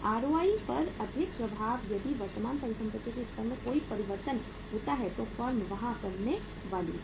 ROI पर अधिक प्रभाव यदि वर्तमान परिसंपत्तियों के स्तर में कोई परिवर्तन होता है तो फर्म वहां रहने वाली है